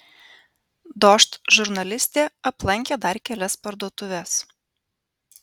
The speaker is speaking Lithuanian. dožd žurnalistė aplankė dar kelias parduotuves